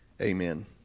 amen